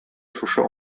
шушы